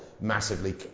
massively